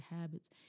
habits